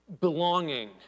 belonging